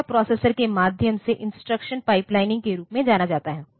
तो यह प्रोसेसर के माध्यम से इंस्ट्रक्शन पाइपलाइनिंग के रूप में जाना जाता है